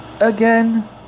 Again